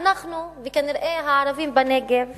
אנחנו וכנראה הערבים בנגב